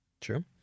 True